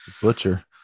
butcher